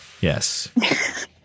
Yes